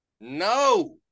No